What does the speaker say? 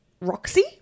Roxy